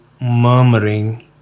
murmuring